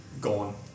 gone